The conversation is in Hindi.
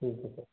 ठीक है सर